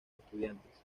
estudiantes